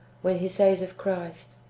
when he says of christ,